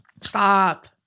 stop